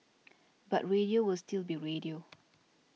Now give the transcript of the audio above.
but radio will still be radio